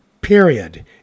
Period